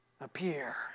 appear